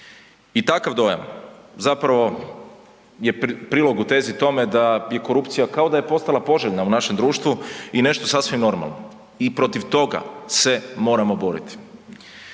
I takav dojam zapravo je prilog u tezi tome da je korupcija kao da je postala poželjna u našem društvu i nešto sasvim normalno i protiv toga se moramo boriti.